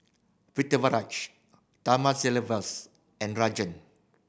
Pritiviraj Thamizhavel and Rajan